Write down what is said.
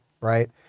right